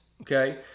okay